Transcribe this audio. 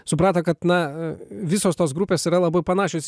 suprato kad na visos tos grupės yra labai panašios